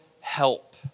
help